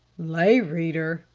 lay reader?